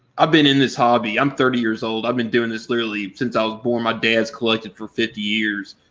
i've been in this hobby. i'm thirty years old. i've been doing this literally since i was born, my dad's collected for fifty years.